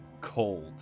cold